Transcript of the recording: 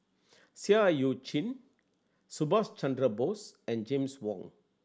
Seah Eu Chin Subhas Chandra Bose and James Wong